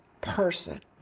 person